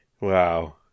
wow